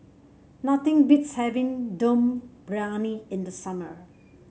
nothing beats having Dum Briyani in the summer